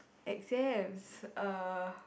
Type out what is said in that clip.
exams uh